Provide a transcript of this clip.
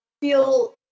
feel